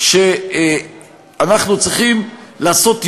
עליכם שום אחריות.